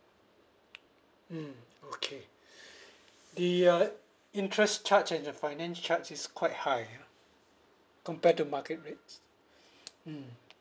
mm okay the uh interest charge and the finance charge is quite high ah compared to market rates mm